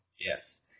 Yes